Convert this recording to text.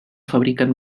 fabriquen